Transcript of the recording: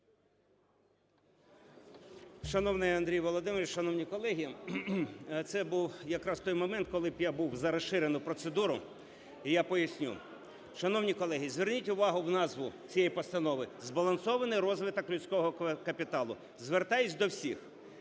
Шановний Андрію Володимировичу, шановні колеги, це був якраз той момент, коли б я був за розширену процедуру. І я поясню. Шановні колеги, звернуть увагу на назву цієї постанови – збалансований розвиток людського капіталу. Звертаюсь до всіх,